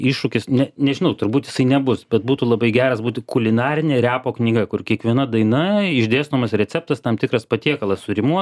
iššūkis ne nežinau turbūt jisai nebus bet būtų labai geras būti kulinarine repo knyga kur kiekviena daina išdėstomas receptas tam tikras patiekalas surimuo